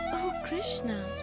o krishna!